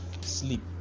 sleep